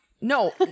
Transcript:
No